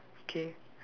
okay